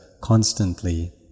constantly